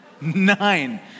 Nine